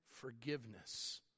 forgiveness